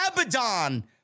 Abaddon